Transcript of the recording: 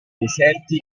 deserti